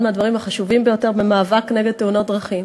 מהדברים החשובים ביותר במאבק נגד תאונות דרכים.